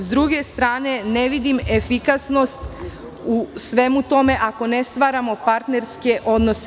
S druge strane, ne vidim efikasnost u svemu tome ako ne stvaramo partnerske odnose.